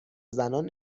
زنان